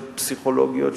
של פסיכולוגיות,